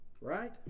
Right